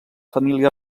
família